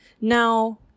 Now